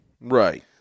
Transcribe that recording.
Right